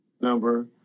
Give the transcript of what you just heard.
Number